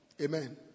amen